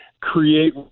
create